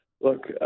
Look